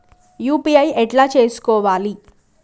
UPI ఎట్లా చేసుకోవాలి?